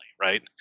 right